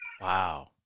Wow